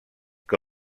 que